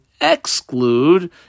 exclude